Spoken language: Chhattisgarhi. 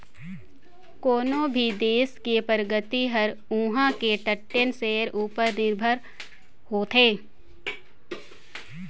कोनो भी देस के परगति हर उहां के टटेन सेरा उपर निरभर होथे